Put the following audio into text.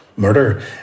murder